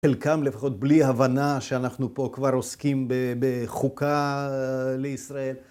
חלקם לפחות בלי הבנה שאנחנו פה כבר עוסקים בחוקה לישראל.